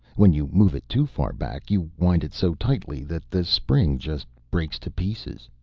when you move it too far back, you wind it so tightly that the spring just breaks to pieces.